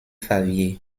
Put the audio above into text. favier